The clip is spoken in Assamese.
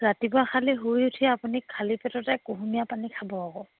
ৰাতিপুৱা খালী শুই উঠি আপুনি খালী পেটতে কুহুমীয়া পানী খাব আকৌ